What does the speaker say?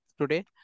today